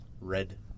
Red